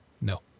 No